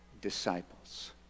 disciples